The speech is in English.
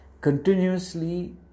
continuously